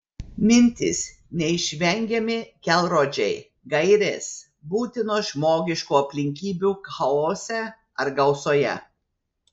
mintys neišvengiami kelrodžiai gairės būtinos žmogiškų aplinkybių chaose ar gausoje